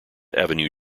avenue